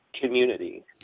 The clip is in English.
community